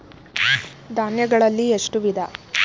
ಧಾನ್ಯಗಳಲ್ಲಿ ಎಷ್ಟು ವಿಧ?